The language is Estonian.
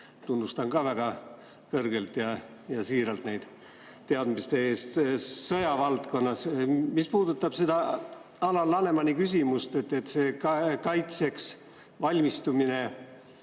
tunnustan ka väga kõrgelt ja siiralt neid teadmiste eest sõjavaldkonnas. Mis puudutab Alar Lanemani küsimust, et kaitseks valmistumine